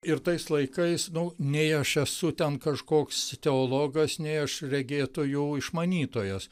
ir tais laikais nu nei aš esu ten kažkoks teologas nei aš regėtojų išmanytojas